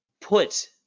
put